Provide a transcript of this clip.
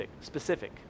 specific